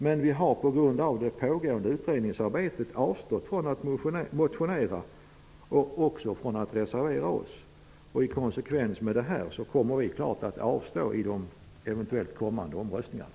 Men på grund av det pågående utredningsarbetet har vi avstått från att motionera och från att reservera oss. I konsekvens med det kommer vi att avstå i de eventuellt kommande omröstningarna.